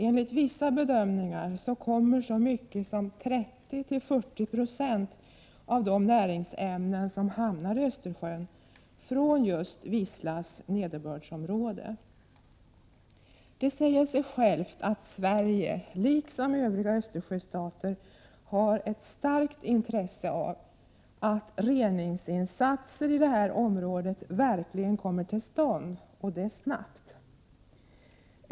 Enligt vissa bedömningar kommer så mycket som 30-40 96 av de näringsämnen som hamnar i Östersjön från just Wislas nederbördsområde. Det säger sig självt att Sverige liksom övriga Östersjöstater har ett starkt intresse av att reningsinsatser i detta område verkligen kommer till stånd, och det snabbt.